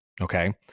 Okay